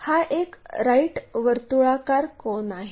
हा एक राईट वर्तुळाकार कोन आहे